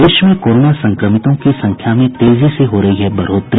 प्रदेश में कोरोना संक्रमितों की संख्या में तेजी से हो रही बढोतरी